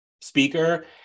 speaker